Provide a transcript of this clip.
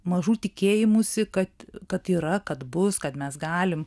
mažų tikėjimusi kad kad yra kad bus kad mes galim